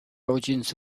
origins